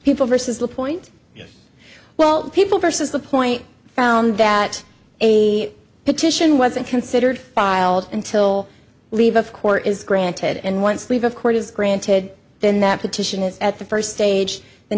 people versus the point well people versus the point found that a petition wasn't considered filed until leave of core is granted and once leave of court is granted then that petition is at the first stage the